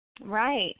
Right